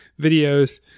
videos